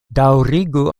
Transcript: daŭrigu